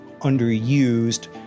underused